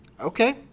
Okay